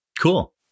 Cool